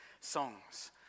songs